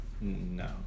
No